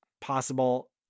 possible